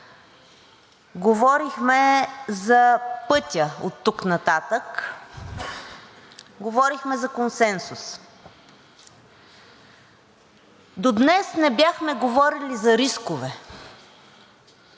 говорихме за пътя оттук нататък, говорихме за консенсус. До днес не бяхме говорили за рискове.